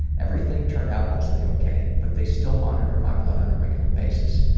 everything turned out mostly ok, but they still monitor my blood on a regular basis.